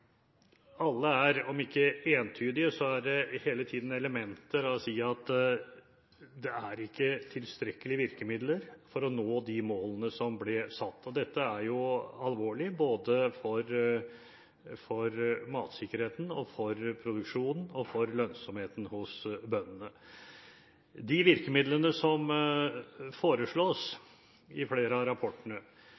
Alle har – om de ikke er entydige – hele tiden elementer av å si at det ikke er tilstrekkelige virkemidler for å nå de målene som ble satt. Dette er alvorlig, både for matsikkerheten, for produksjonen og for lønnsomheten hos bøndene. De virkemidlene som foreslås